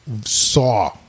saw